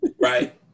Right